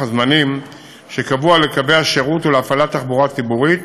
הזמנים שקבוע לקווי השירות ולהפעלת תחבורה ציבורית